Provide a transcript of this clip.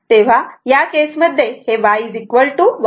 तेव्हा या केसमध्ये हे Y1Z असे आहे